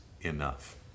enough